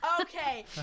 Okay